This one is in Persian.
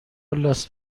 لاس